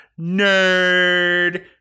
nerd